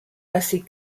assez